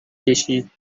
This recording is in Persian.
کشید